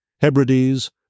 Hebrides